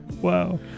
Wow